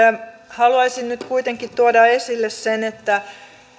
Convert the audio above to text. haluaisin nyt kuitenkin tuoda esille sen että